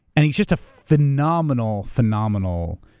and he's just a phenomenal phenomenal